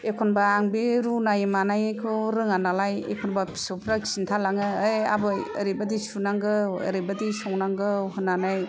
एखनबा आं बे रुनाय मानायखौ रोङा नालाय एखनबा फिसौफ्रा खिन्थालाङो यै आबै ओरैबादि सुनांगौ ओरैबादि संनांगौ होननानै